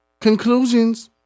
Conclusions